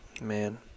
Man